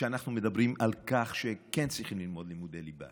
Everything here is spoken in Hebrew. כשאנחנו מדברים על כך שכן צריכים ללמוד לימודי ליבה